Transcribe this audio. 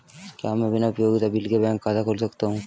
क्या मैं बिना उपयोगिता बिल के बैंक खाता खोल सकता हूँ?